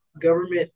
government